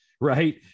right